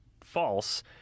false